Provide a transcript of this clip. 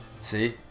See